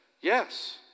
Yes